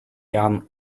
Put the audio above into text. young